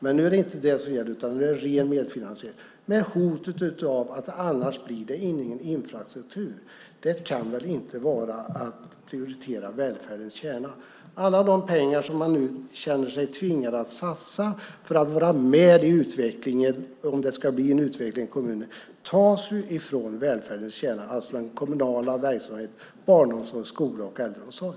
Men nu är det inte det som gäller, utan nu är det ren medfinansiering med hotet att det annars inte blir någon infrastruktur. Det kan väl inte vara att prioritera välfärdens kärna? Alla de pengar som man nu känner sig tvingad att satsa för att vara med i utvecklingen, om det ska bli en utveckling i kommunen, tas ju från välfärdens kärna, alltså den kommunala verksamheten, barnomsorg, skola och äldreomsorg.